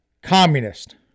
Communist